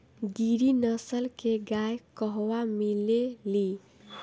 गिरी नस्ल के गाय कहवा मिले लि?